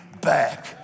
back